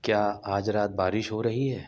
کیا آج رات بارش ہو رہی ہے